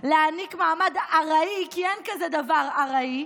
להעניק מעמד "ארעי" כי אין כזה דבר ארעי,